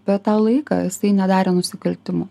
per tą laiką jis tai nedarė nusikaltimų